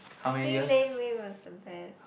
I think Laneway was the best